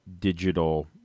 digital